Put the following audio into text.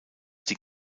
die